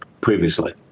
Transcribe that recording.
previously